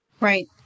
Right